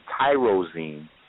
tyrosine